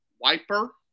Wiper